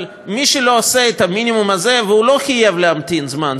אבל מי שלא עושה את המינימום הזה והוא לא חייב להמתין זמן,